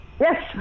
yes